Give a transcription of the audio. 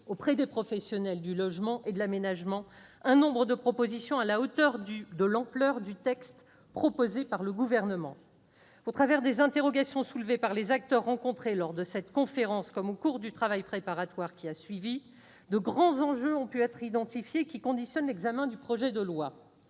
auprès des professionnels du logement et de l'aménagement, un nombre de propositions digne de l'ampleur du texte proposé par le Gouvernement. Au travers des interrogations soulevées par les acteurs rencontrés lors de cette conférence comme au cours du travail préparatoire qui a suivi, de grands enjeux ont pu être identifiés, qui conditionnent l'examen du projet de loi.